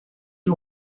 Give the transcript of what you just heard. you